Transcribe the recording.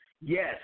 Yes